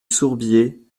sourbier